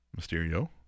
Mysterio